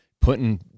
putting